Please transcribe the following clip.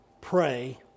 Pray